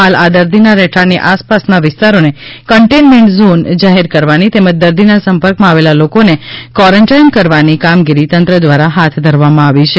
હાલ આ દર્દીના રહેઠાણની આસપાસના વિસ્તારને કંટેઇન્મેન્ટ ઝોન જાહેર કરવાની તેમજ દર્દીના સંપર્કમાં આવેલા લોકોને કોરેન્ટાઇન કરવાની કામગીરી તંત્ર દ્વારા હાથ ધરવામાં આવી છે